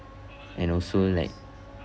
and also like